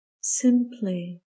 simply